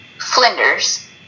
Flinders